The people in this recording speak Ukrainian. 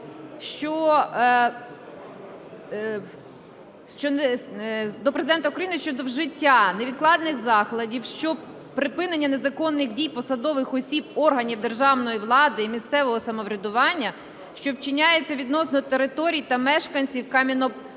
що… до Президента України щодо вжиття невідкладних заходів по припиненню незаконних дій посадових осіб органів державної влади і місцевого самоврядування, що вчиняються відносно територій та мешканців Кам'янопотоківської